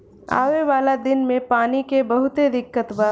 आवे वाला दिन मे पानी के बहुते दिक्कत बा